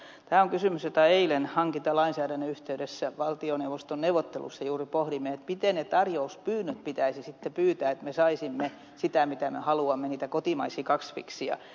tämä on kysymys jota eilen hankintalainsäädännön yhteydessä valtioneuvoston neuvottelussa juuri pohdimme miten ne tarjouspyynnöt pitäisi sitten tehdä että me saisimme sitä mitä me haluamme niitä kotimaisia kasviksia